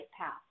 path